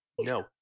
No